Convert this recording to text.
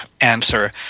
answer